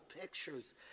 pictures